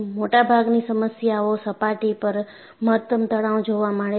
મોટાભાગની સમસ્યાઓમાં સપાટી પર મહત્તમ તણાવ જોવા મળે છે